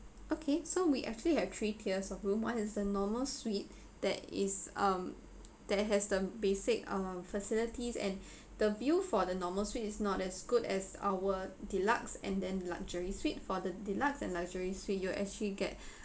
okay so we actually have three tiers of room one is the normal suite that is um that has the basic uh facilities and the bill for the normal suite is not as good as our deluxe and then luxury suite for the deluxe and luxury suite you actually get